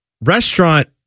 restaurant